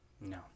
No